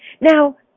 now